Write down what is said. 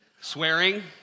Swearing